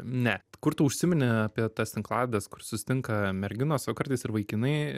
ne kur tu užsimini apie tas tinklalaides kur susitinka merginos o kartais ir vaikinai